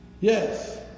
yes